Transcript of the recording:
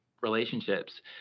relationships